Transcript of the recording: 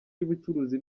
w’ubucuruzi